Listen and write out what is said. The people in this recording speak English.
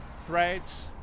threads